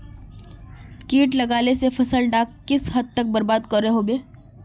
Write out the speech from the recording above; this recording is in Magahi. किट लगाले से फसल डाक किस हद तक बर्बाद करो होबे?